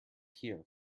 here